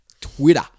Twitter